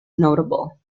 notable